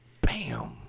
Bam